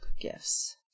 gifts